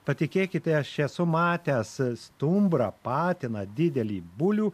patikėkite aš esu matęs stumbrą patiną didelį bulių